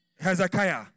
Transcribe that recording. Hezekiah